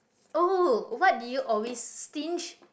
!oh! what do you always stinge